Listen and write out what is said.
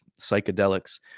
psychedelics